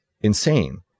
insane